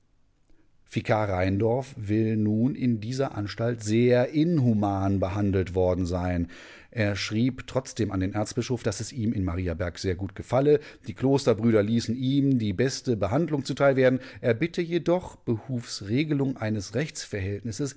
vikar rheindorf will nun in dieser anstalt sehr inhuman behandelt worden sein er schrieb trotzdem an den erzbischof daß es ihm in mariaberg sehr gut gefalle die klosterbrüder ließen ihm die beste behandlung zuteil werden er bitte jedoch behufs regelung eines